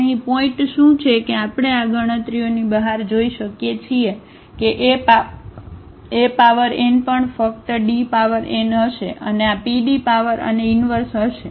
તેથી અહીં પોઇન્ટ શું છે કે આપણે આ ગણતરીઓની બહાર જોઈ શકીએ છીએ કે A પાવર n પણ ફક્ત d પાવર n હશે અને આ pd પાવર અને ઈનવર્ષ હશે